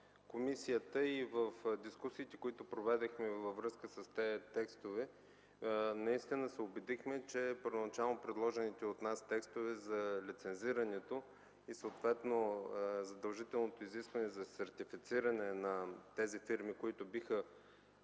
Аталай, и в дискусиите, които проведохме в комисията, във връзка с тези текстове, наистина се убедихме, че първоначално предложените от нас текстове за лицензирането и съответно задължителните изисквания за сертифициране на тези фирми, които биха